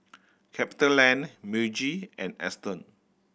CapitaLand Meiji and Aston